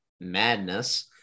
Madness